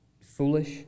foolish